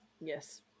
Yes